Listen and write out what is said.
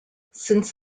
since